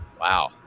Wow